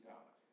God